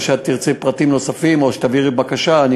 או שאת תרצי פרטים נוספים ותעבירי בקשה.